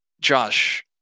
josh